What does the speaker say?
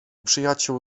przyjaciół